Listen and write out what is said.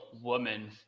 woman